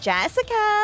Jessica